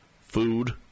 food